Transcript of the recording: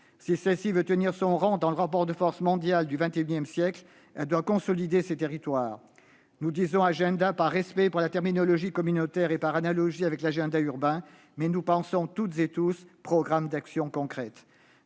Si celle-ci veut tenir son rang dans le rapport de force mondial du XXI siècle, elle doit consolider ses territoires. Nous disons « agenda » par respect pour la terminologie communautaire et par analogie avec l'agenda urbain, mais, en réalité, nous pensons tous à un programme d'actions concrètes.